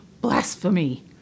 blasphemy